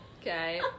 Okay